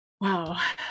Wow